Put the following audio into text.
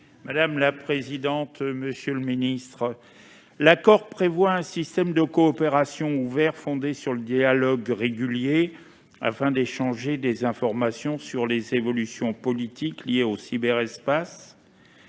M. Gilbert Roger. Monsieur le secrétaire d'État, l'accord prévoit un système de coopération ouvert fondé sur un dialogue régulier, afin d'échanger des informations sur les évolutions des politiques liées au cyberespace,